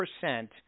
percent